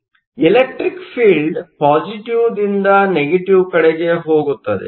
ಆದ್ದರಿಂದ electric field ಪಾಸಿಟಿವ್ದಿಂದ ನೆಗೆಟಿವ್Negative ಕಡೆಗೆ ಹೋಗುತ್ತದೆ